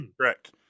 correct